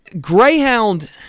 Greyhound